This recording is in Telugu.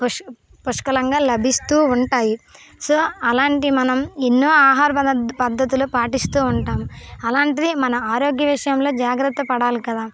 పుష్ పుష్కలంగా లభిస్తూ ఉంటాయి సో అలాంటి మనం ఎన్నో ఆహార ఆహార పద్ధతులు పాటిస్తూ ఉంటాం అలాంటిది మన ఆరోగ్య విషయంలో జాగ్రత్త పడాలి కదా